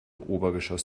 obergeschoss